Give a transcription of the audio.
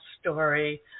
story